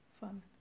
fun